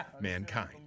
mankind